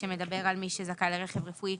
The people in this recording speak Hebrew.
שמדבר על מי שזכאי לרכב רפואי,